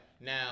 Now